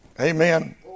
Amen